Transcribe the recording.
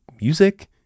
music